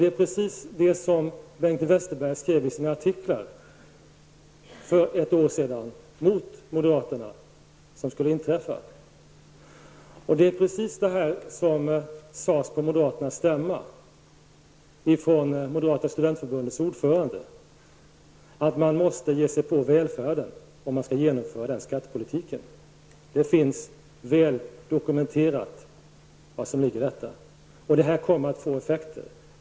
Det är precis det Bengt Westerberg sade skulle inträffa i sina artiklar ,mot moderaterna för ett år sedan, och det är precis det som sades på moderaternas stämma av moderata studentförbundets ordförande, nämligen att man måste ge sig på välfärden om man skall genomföra denna skattepolitik. Vad som ligger i detta finns väl dokumenterat, och det kommer att få effekter.